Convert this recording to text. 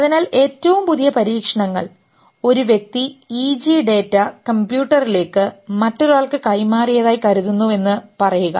അതിനാൽ ഏറ്റവും പുതിയ പരീക്ഷണങ്ങൾ ഒരു വ്യക്തി EG ഡാറ്റ കമ്പ്യൂട്ടറിലേക്ക് മറ്റൊരാൾക്ക് കൈമാറിയതായി കരുതുന്നുവെന്ന് പറയുക